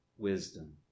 wisdom